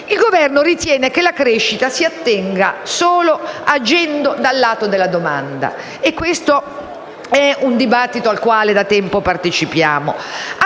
Il Governo ritiene che la crescita si ottenga solo agendo dal lato della domanda - e questo è un dibattito al quale da tempo partecipiamo